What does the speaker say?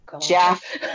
jeff